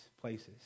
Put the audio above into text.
places